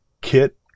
Kit